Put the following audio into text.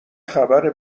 خبر